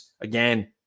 again